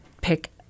pick